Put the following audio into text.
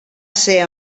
ser